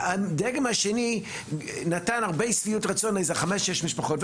הדגם השני נתן הרבה שביעות רצון לאיזה חמש-שש משפחות,